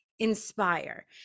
Inspire